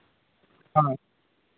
ᱦᱮᱸ